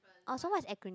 orh so what is acronym